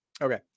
Okay